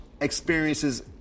experiences